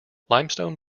limestone